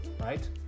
right